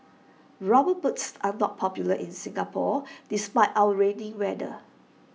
rubber boots are not popular in Singapore despite our rainy weather